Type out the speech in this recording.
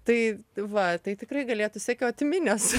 tai va tai tikrai galėtų sekioti minios